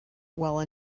while